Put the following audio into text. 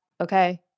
okay